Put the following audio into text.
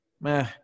meh